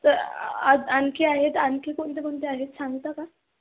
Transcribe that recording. तर आज आणखी आहेत आणखी कोणते कोणते आहेत सांगता का